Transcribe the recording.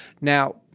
now